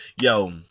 Yo